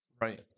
right